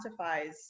quantifies